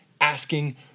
asking